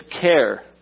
care